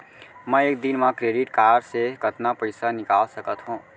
मैं एक दिन म क्रेडिट कारड से कतना पइसा निकाल सकत हो?